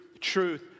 truth